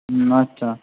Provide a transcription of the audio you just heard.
হুম আচ্ছা